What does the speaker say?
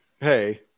Hey